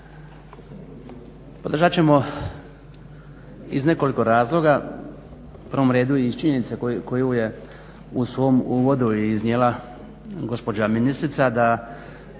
Održat ćemo iz nekoliko razloga, u prvom redu iz činjenice koju je u svom uvodu iznijela gospođa ministrica da